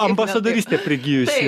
ambasadorystė prigijusi